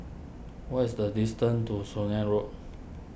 what is the distance to Swanage Road